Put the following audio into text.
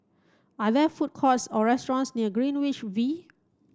are there food courts or restaurants near Greenwich V